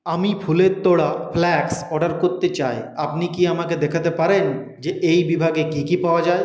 আমি ফুলের তোড়া ফ্ল্যাক্স অর্ডার করতে চাই আপনি কি আমাকে দেখাতে পারেন যে এই বিভাগে কী কী পাওয়া যায়